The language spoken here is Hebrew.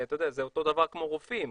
זה אותו דבר כמו רופאים,